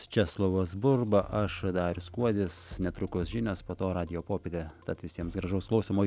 česlovas burba aš darius kuodis netrukus žinios po to radijo popietė tad visiems gražaus klausymo